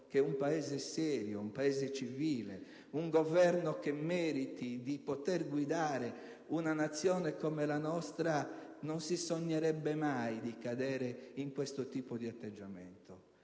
un Paese serio e civile, un Governo che meriti di guidare una Nazione come la nostra non si sognerebbe mai di cadere in questo tipo di atteggiamento.